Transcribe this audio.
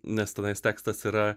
nes tenais tekstas yra